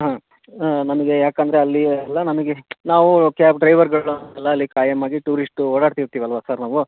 ಹಾಂ ನಮಗೆ ಯಾಕಂದರೆ ಅಲ್ಲಿ ಎಲ್ಲ ನಮಗೆ ನಾವು ಕ್ಯಾಬ್ ಡ್ರೈವರ್ಗಳು ಎಲ್ಲ ಅಲ್ಲಿ ಖಾಯಂ ಆಗಿ ಟೂರಿಶ್ಟು ಓಡಾಡ್ತಿರ್ತೀವಿ ಅಲ್ಲವಾ ಸರ್ ನಾವು